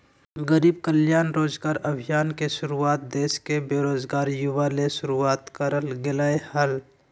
गरीब कल्याण रोजगार अभियान के शुरुआत देश के बेरोजगार युवा ले शुरुआत करल गेलय हल